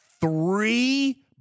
three